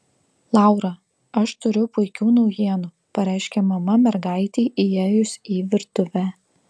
laura aš turiu puikių naujienų pareiškė mama mergaitei įėjus į virtuvę